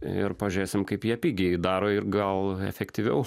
ir pažiūrėsim kaip jie pigiai daro ir gal efektyviau